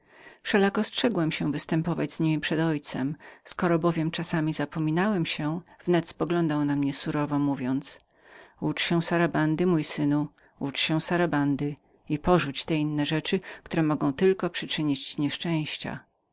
wszelako strzegłem się występować z niemi przed moim ojcem skoro bowiem czasami zapomniałem się wnet spoglądał na mnie surowo mówiąc ucz się sarabandy mój synu ucz się sarabandy i porzuć te inne rzeczy które mogą tylko przyczynić ci nieszczęścia